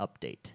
update